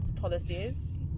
policies